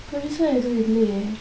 பெருசா எது இல்லையா:perusaa ethu illaiye